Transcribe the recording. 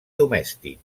domèstic